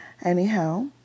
Anyhow